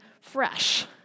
fresh